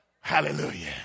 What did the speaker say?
Hallelujah